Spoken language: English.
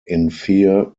infer